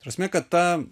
ta prasme kad ta